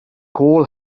coal